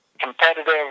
competitive